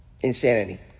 Insanity